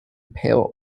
pale